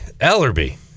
ellerby